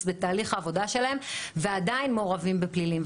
בתהליך העבודה שלהם ועדיין מעורבים בפלילים.